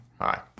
hi